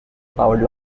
powered